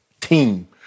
team